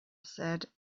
said